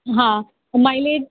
हाँ माइलेज